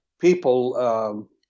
People